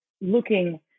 looking